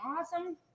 awesome